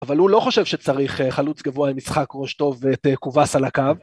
אבל הוא לא חושב שצריך חלוץ גבוה למשחק ראש טוב את קובס על הקו.